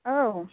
औ